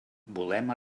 volem